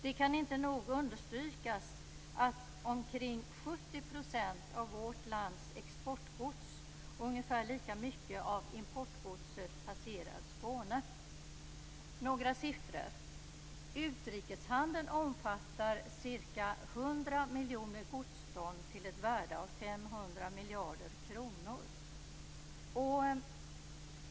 Det kan inte nog understrykas att omkring 70 % av vårt lands exportgods och ungefär lika mycket av importgodset passerar Skåne. Några siffror: Utrikeshandeln omfattar ca 100 miljoner godston till ett värde av 500 miljarder kronor.